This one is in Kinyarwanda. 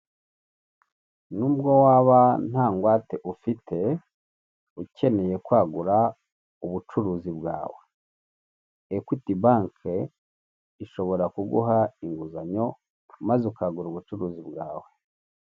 Nubwo waba nta ngwate ufite ukeneye kwagura ubucuruzi bwawe ekwiti banke ishobora kuguha inguzanyo maze ukagura ubucuruzi bwawe.